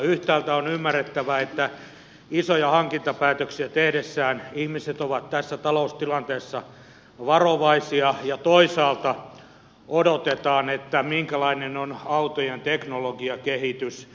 yhtäältä on ymmärrettävää että isoja hankintapäätöksiä tehdessään ihmiset ovat tässä taloustilanteessa varovaisia ja toisaalta odotetaan minkälainen on autojen teknologiakehitys